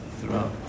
throughout